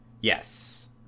Yes